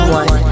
one